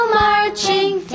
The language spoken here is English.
marching